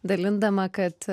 dalindama kad